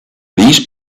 these